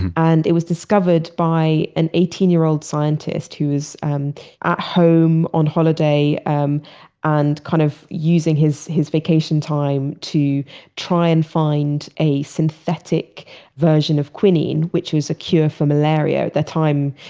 and it was discovered by an eighteen year old scientist who was um at home on holiday um and kind of using his his vacation time to try and find a synthetic version of quinine, which was a cure for malaria. at that time,